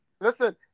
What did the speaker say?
Listen